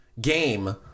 game